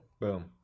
boom